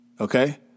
Okay